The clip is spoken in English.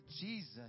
jesus